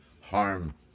harm